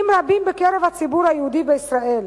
אם רבים בקרב הציבור היהודי בישראל,